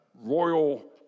royal